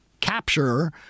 capture